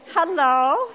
Hello